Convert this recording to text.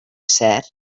cert